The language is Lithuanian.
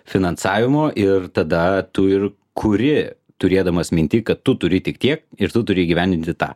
finansavimo ir tada tu ir kuri turėdamas minty kad tu turi tik tiek ir tu turi įgyvendinti tą